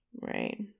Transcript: right